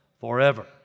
forever